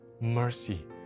mercy